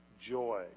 joy